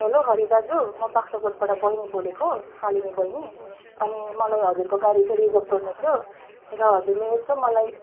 hello Hari दाजु म बाख्राकोटबाट बैनी बोलेको सालिनी बैनी अनि मलाई हजुरको गाडी चाहिँ रिजर्व गर्नु थियो र हजुरले यसो मलाई